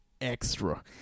extra